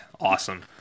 Awesome